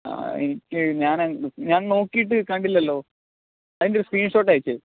എനിക്ക് ഞാൻ ഞാൻ നോക്കിയിട്ട് കണ്ടില്ലല്ലോ അതിൻ്റെ ഒരു സ്ക്രീൻഷോട്ട് അയച്ചേ